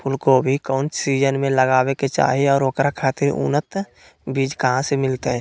फूलगोभी कौन सीजन में लगावे के चाही और ओकरा खातिर उन्नत बिज कहा से मिलते?